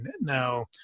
Now